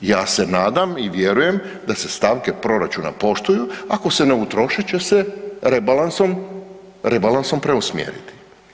Ja se nadam i vjerujem da se stavke proračuna poštuju ako se ne utroše će se rebalansom preusmjeriti.